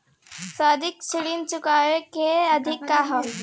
सावधि ऋण चुकावे के अवधि का ह?